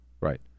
right